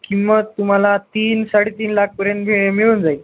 किंमत तुम्हाला तीन साडे तीन लाखपर्यंत हे मिळून जाईल